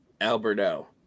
Alberto